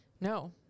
No